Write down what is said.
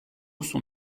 sont